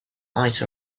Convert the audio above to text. might